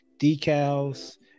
Decals